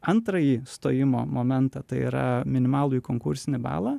antrąjį stojimo momentą tai yra minimalųjį konkursinį balą